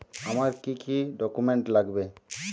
আমার কি কি ডকুমেন্ট লাগবে?